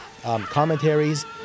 commentaries